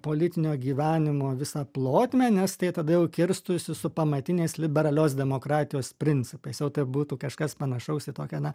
politinio gyvenimo visą plotmę nes tai tada jau kirstųsi su pamatiniais liberalios demokratijos principais jau tai būtų kažkas panašaus į tokią na